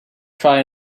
try